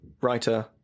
writer